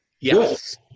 yes